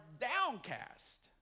downcast